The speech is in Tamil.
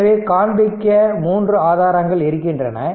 எனவே காண்பிக்க 3 ஆதாரங்கள் இருக்கின்றது